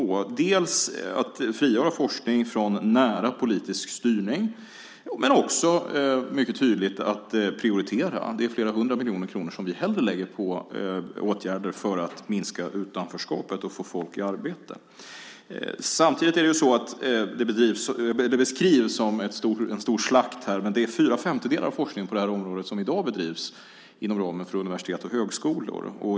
Det handlade dels om att frigöra forskningen från nära politisk styrning, dels om att mycket tydligt prioritera att det är flera hundra miljoner kronor som vi hellre lägger på åtgärder för att minska utanförskapet och få folk i arbete. Det beskrivs som en stor slakt, men fyra femtedelar av forskningen på det här området bedrivs i dag inom ramen för universitet och högskolor.